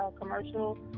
commercial